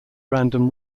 random